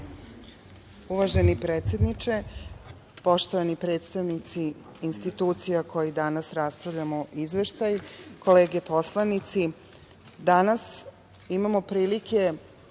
Uvaženi predsedniče, poštovani predstavnici institucija o kojima danas raspravljamo izveštaj, kolege poslanici, danas imamo prilike